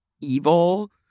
evil